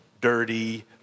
dirty